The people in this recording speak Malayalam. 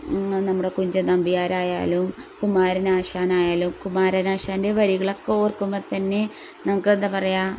നമ്മുടെ കുഞ്ചൻ നമ്പ്യാരായാലും കുമാരനാശാനായാലും കുമാരനാശാൻ്റെ വരികളൊക്ക ഓർക്കുമ്പോൾത്തന്നെ നമുക്കെന്താ പറയുക